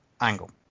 Angle